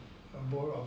a bowl of